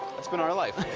it's been our life.